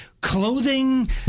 clothing